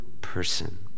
person